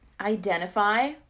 identify